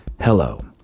Hello